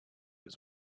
his